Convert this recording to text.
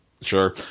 sure